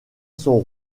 son